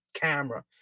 camera